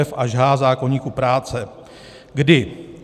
f) až h) zákoníku práce, kdy